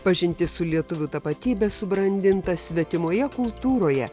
pažintis su lietuvių tapatybe subrandintas svetimoje kultūroje